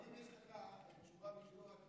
אבל אם יש לך תשובה בשבילו,